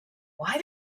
why